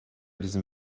diesem